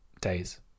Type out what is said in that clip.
days